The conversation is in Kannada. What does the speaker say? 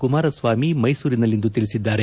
ಕುಮಾರಸ್ವಾಮಿ ಮೈಸೂರಿನಲ್ಲಿಂದು ತಿಳಿಸಿದ್ದಾರೆ